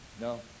No